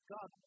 God